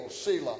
Selah